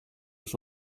was